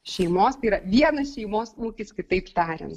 šeimos yra vienas šeimos ūkis kitaip tariant